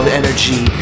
energy